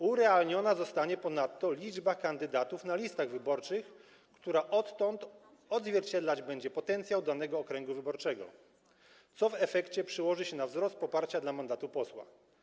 Urealniona zostanie ponadto liczba kandydatów na listach wyborczych, która odtąd odzwierciedlać będzie potencjał danego okręgu wyborczego, co w efekcie przełoży się na wzrost poparcia dla mandatu posła.